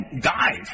dive